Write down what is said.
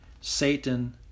Satan